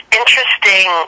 interesting